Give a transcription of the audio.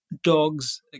dogs